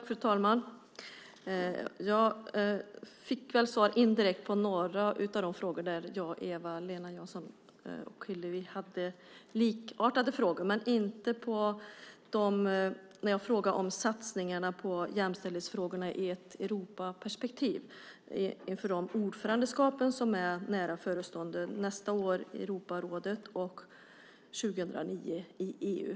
Fru talman! Jag fick svar indirekt på några av mina frågor som var likartade med Eva-Lena Janssons och Hillevi Larssons, men inte när jag frågade om satsningarna på jämställdhetsfrågorna i ett Europaperspektiv inför de ordförandeskap som är nära förestående, nästa år i Europarådet och 2009 i EU.